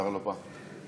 שר, למה?